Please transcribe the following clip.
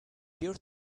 peer